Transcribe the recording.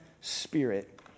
Spirit